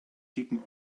dicken